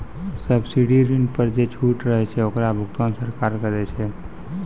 subsidy ऋण पर जे छूट रहै छै ओकरो भुगतान सरकार करै छै